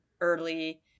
early